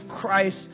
Christ